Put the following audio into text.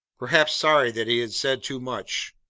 perhaps sorry that he had said too much.